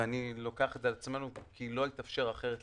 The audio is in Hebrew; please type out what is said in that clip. ואני לוקח את זה על עצמנו לא התאפשר לנו